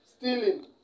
Stealing